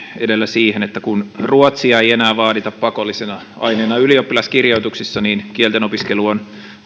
edellä siihen että kun ruotsia ei enää vaadita pakollisena aineena ylioppilaskirjoituksissa kielten opiskelu on